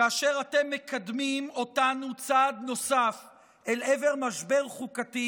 כאשר אתם מקדמים אותנו צעד נוסף אל עבר משבר חוקתי,